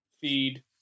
feed